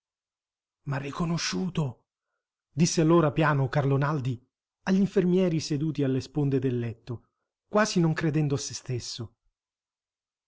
m'ha riconosciuto disse allora piano carlo naldi agl'infermieri seduti alle sponde del letto quasi non credendo a se stesso